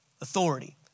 authority